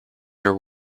your